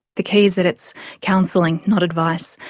the key that it's counselling not advice.